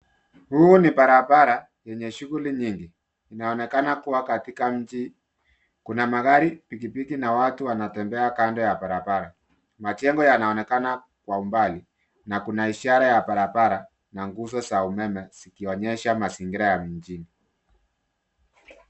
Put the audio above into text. Huu ni barabara yenye shughuli nyingi, inaonekana kuwa katika mji. Kuna magari, pikipiki na watu wanatembea kando ya barabara. Majengo yanaonekana kwa umbali na kuna ishara ya barabara na nguzo za umeme zikionyesha mazingira ya mjini.